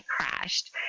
crashed